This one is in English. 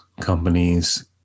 companies